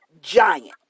giant